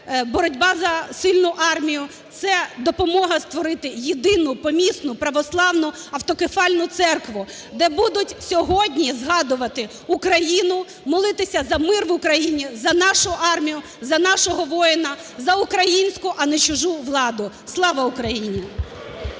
боротьба за сильну армію, це допомога створити Єдину Помісну Православну Автокефальну Церкву, де будуть сьогодні згадувати Україну, молитися за мир в Україні, за нашу армію, за нашого воїна, за українську, а не чужу владу. Слава Україні!